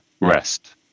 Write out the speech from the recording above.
rest